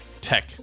tech